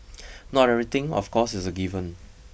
not everything of course is a given